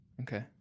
okay